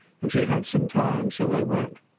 and she had some time, so they went.